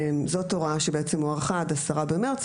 זאת הוראה שבעצם הוארכה עד 10 במרץ,